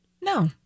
no